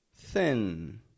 Thin